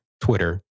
Twitter